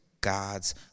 God's